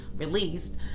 released